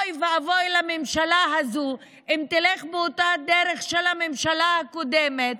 אוי ואבוי לממשלה הזאת אם היא תלך באותה הדרך של הממשלה הקודמת,